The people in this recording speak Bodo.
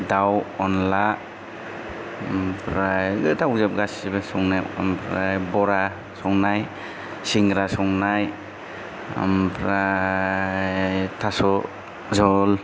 दाउ अनला ओमफ्राय गोथावजोब गासिबो संनायाव ओमफ्राय बरा संनाय सिंग्रा संनाय ओमफ्राय थास' जहल